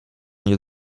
nie